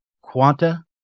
quanta